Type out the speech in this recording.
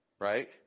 right